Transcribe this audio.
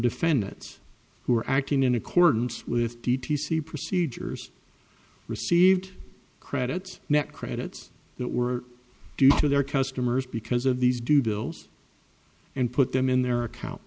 defendants who are acting in accordance with d t c procedures received credits net credits that were due to their customers because of these do bills and put them in their account